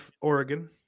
Oregon